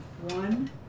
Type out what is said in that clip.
One